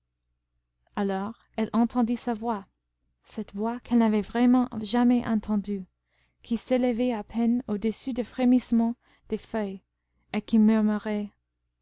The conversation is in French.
alors elle entendit sa voix cette voix qu'elle n'avait vraiment jamais entendue qui s'élevait à peine au-dessus du frémissement des feuilles et qui